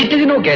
you don't